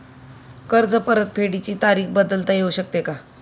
कर्ज परतफेडीची तारीख बदलता येऊ शकते का?